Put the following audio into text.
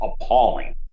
appalling